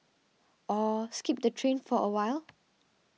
or skip the train for awhile